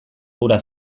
hura